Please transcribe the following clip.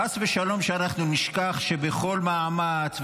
חס ושלום שאנחנו נשכח שבכל מאמץ,